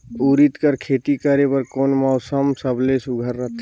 उरीद कर खेती करे बर कोन मौसम सबले सुघ्घर रहथे?